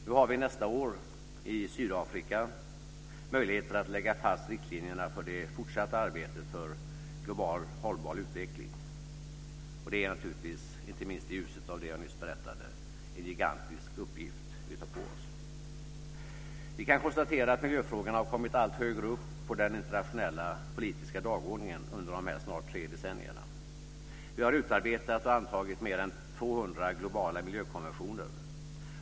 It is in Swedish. Nu har vi nästa år i Sydafrika möjlighet att lägga fast riktlinjerna för det fortsatta arbetet för global hållbar utveckling. Inte minst i ljuset av det jag just berättade är det en gigantisk uppgift vi tar på oss. Vi kan konstatera att miljöfrågorna har kommit allt högre upp på den internationella politiska dagordningen under de här snart tre decennierna. Vi har utarbetat och antagit mer än 200 globala miljökonventioner.